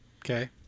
Okay